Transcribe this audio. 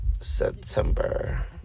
September